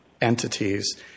entities